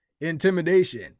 Intimidation